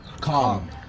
Calm